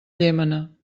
llémena